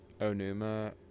Onuma